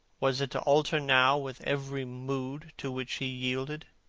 was it to alter now with every mood to which he yielded?